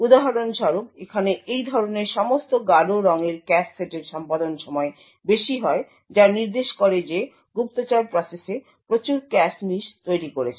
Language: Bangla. উদাহরণ স্বরূপ এখানে এই ধরনের সমস্ত গাঢ় রঙের ক্যাশ সেটের সম্পাদন সময় বেশি হয় যা নির্দেশ করে যে গুপ্তচর প্রসেসে প্রচুর ক্যাশ মিস তৈরী করেছে